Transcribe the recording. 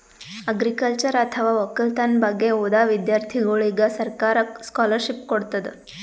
agriculture ಅಥವಾ ವಕ್ಕಲತನ್ ಬಗ್ಗೆ ಓದಾ ವಿಧ್ಯರ್ಥಿಗೋಳಿಗ್ ಸರ್ಕಾರ್ ಸ್ಕಾಲರ್ಷಿಪ್ ಕೊಡ್ತದ್